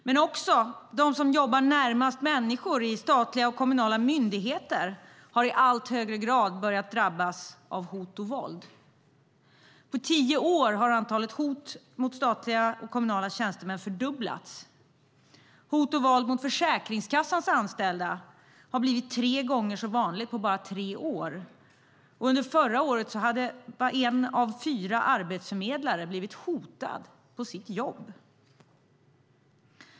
Men också de som jobbar närmast människor i statliga och kommunala myndigheter har i allt högre grad börjat drabbas av hot och våld. På tio år har antalet hot mot statliga och kommunala tjänstemän fördubblats. Hot och våld mot Försäkringskassans anställda har blivit tre gånger så vanligt på bara tre år. Under förra året hade en av fyra arbetsförmedlare blivit hotad på sitt jobb.